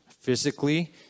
physically